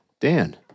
Dan